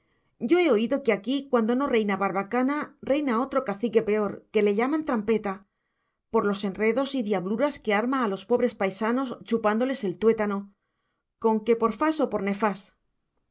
pero objetó julián yo he oído que aquí cuando no reina barbacana reina otro cacique peor que le llaman trampeta por los enredos y diabluras que arma a los pobres paisanos chupándoles el tuétano con que por fas o por nefas